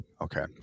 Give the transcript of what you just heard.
Okay